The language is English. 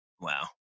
Wow